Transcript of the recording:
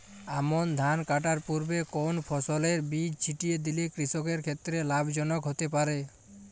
আমন ধান কাটার পূর্বে কোন ফসলের বীজ ছিটিয়ে দিলে কৃষকের ক্ষেত্রে লাভজনক হতে পারে?